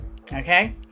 Okay